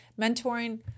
mentoring